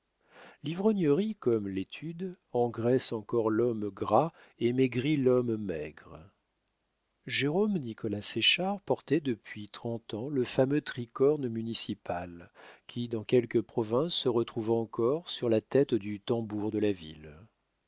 l'ivrognerie comme l'étude engraisse encore l'homme gras et maigrit l'homme maigre jérôme nicolas séchard portait depuis trente ans le fameux tricorne municipal qui dans quelques provinces se retrouve encore sur la tête du tambour de la ville